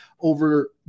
over